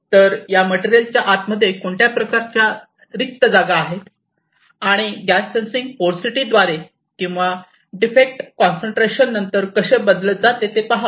तर या मटेरियलच्या आत मध्ये कोणत्या प्रकारच्या रिक्त जागा आहेत आणि गॅस सेन्सिंग पोर्सिटीद्वारे किंवा डिफेक्ट कॉन्सन्ट्रेशन नंतर कसे बदलले जाते ते पहा